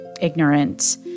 ignorant